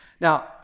Now